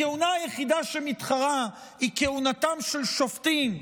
הכהונה היחידה שמתחרה היא כהונתם של שופטים,